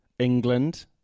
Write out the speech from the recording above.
England